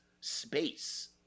space